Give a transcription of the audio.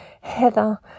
Heather